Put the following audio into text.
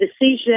decision